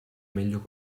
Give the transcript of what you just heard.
meglio